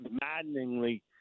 maddeningly –